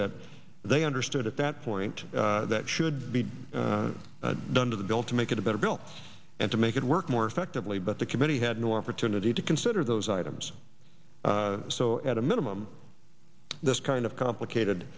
that they understood at that point that should be done to the bill to make it a better bill and to make it work more effectively but the committee had no opportunity to consider those items so at a minimum this kind of complicated